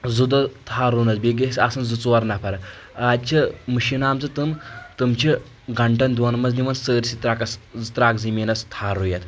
زٕ دۄہ تھل رُونس بیٚیہِ گژھِ آسُن زٕ ژور نفر آز چھِ مٔشیٖن آمژٕ تِم تِم چھِ گنٛٹن دۄن منٛز نِوان سٲرسٕے تٕرٛکس تٕرٛکھ زٔمیٖنس تھل رُیِتھ